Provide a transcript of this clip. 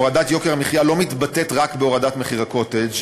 הורדת יוקר המחיה לא מתבטאת רק בהורדת מחיר הקוטג',